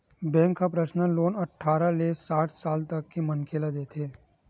bank ह personal loan अठारह ले साठ साल तक के मनखे ल देथे